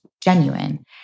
genuine